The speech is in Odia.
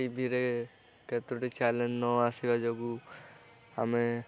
ଟିଭିରେ କେତୋଟି ଚ୍ୟାନେଲ୍ ନ ଆସିବା ଯୋଗୁଁ ଆମେ